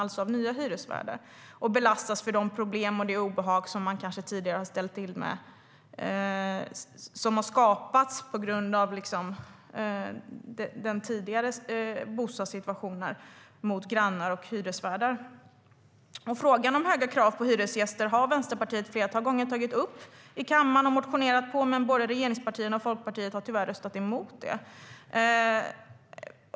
Man belastas för de problem och det obehag man tidigare kanske har ställt till med gentemot grannar och hyresvärdar, som alltså har skapats på grund av tidigare bostadssituationer. Vänsterpartiet har ett flertal gånger tagit upp frågan om höga krav på hyresgäster, och vi har motionerat om den. Både regeringspartierna och Folkpartiet har tyvärr röstat emot det.